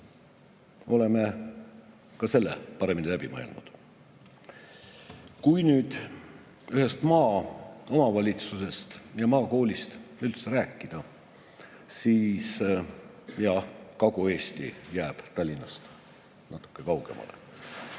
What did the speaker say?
oleme ka selle paremini läbi mõelnud. Kui nüüd ühest maaomavalitsusest ja maakoolist üldse rääkida, siis jah, Kagu-Eesti jääb küll Tallinnast natuke kaugemale,